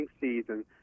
Season